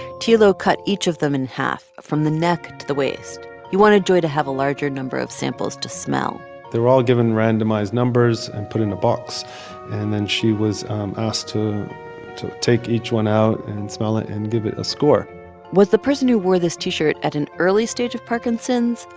tilo cut each of them in half from the neck to the waist. he wanted joy to have a larger number of samples to smell they were all given randomized numbers and put in a box. and then she was um asked to to take each one out and and smell it and give it a score was the person who wore this t-shirt at an early stage of parkinson's,